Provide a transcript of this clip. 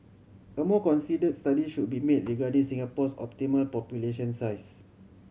a more considered study should be made regarding Singapore's optimal population size